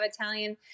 Italian